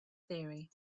theory